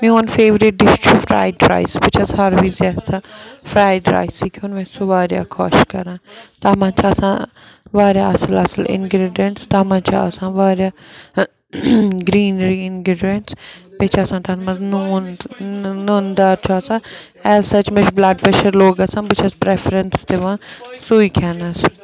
میون favourite dish چھُ fried rice بہٕ چھَس ہر وِزِ یَژھان فرٛایڈ رایسٕے کھیوٚن مےٚ چھُ سُہ واریاہ خۄش کَران تَتھ منٛز چھِ آسان واریاہ اَصٕل اَصٕل اِنگرٛیٖڈٮ۪نٛٹٕس تَتھ منٛز چھِ آسان واریاہ گرٛیٖنری اِنگرٛیٖڈیَنٹٕس بیٚیہِ چھِ آسان تَتھ منٛز نوٗن نوٗنہٕ دار چھُ آسان ایز سَچ مےٚ چھُ بٕلَڈ پرٛشَر لو گژھان بہٕ چھَس پرٛٮ۪فرَننٕس دِوان سُے کھٮ۪نَس